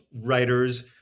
writers